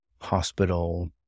hospital